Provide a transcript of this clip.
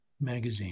Magazine